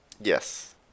Yes